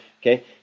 Okay